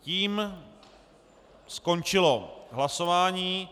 Tím skončilo hlasování.